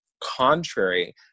contrary